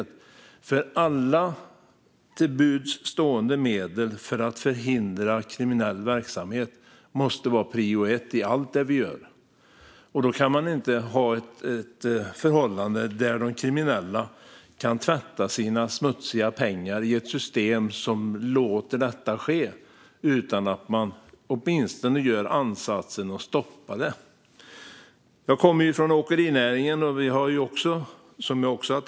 Att förhindra kriminell verksamhet med alla till buds stående medel måste ju vara prio ett i allt vi gör. Då kan man inte ha ett system som låter kriminella tvätta sina smutsiga pengar. Man måste åtminstone göra ansatser för att stoppa det. Jag kommer från åkerinäringen, och vi har problem med kriminell verksamhet.